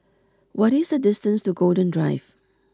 what is the distance to Golden Drive